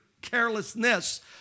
carelessness